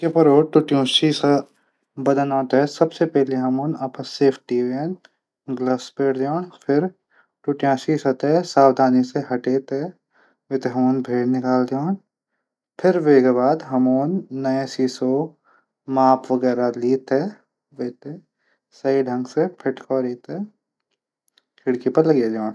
टुट्यं सीसा बदनो तै सबसे पैली अपड सेफ्टी कन। फिर टुट्यां सीसा थै सावधानी से हटे कि वेथे हमन भैर निकाल दीण फिर वेक बाद नै सीसा कू माप लीण सही ढंग से फिट कौरी दीण।